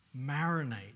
Marinate